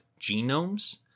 genomes